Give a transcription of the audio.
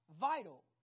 vital